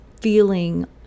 feeling